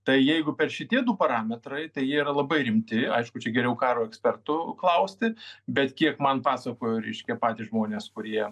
tai jeigu per šitie du parametrai tai jie labai rimti aišku čia geriau karo ekspertų klausti bet kiek man pasakojo reiškia patys žmonės kurie